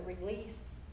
release